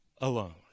alone